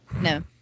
no